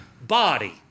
body